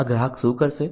આ ગ્રાહક શું કરશે